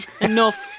Enough